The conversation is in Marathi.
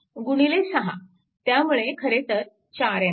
गुणिले 6 त्यामुळे खरेतर 4A